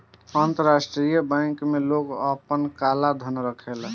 अंतरराष्ट्रीय बैंक में लोग आपन काला धन रखेला